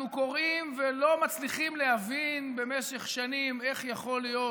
אנחנו קוראים ולא מצליחים להבין במשך שנים איך יכול להיות